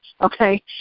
okay